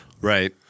Right